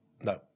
No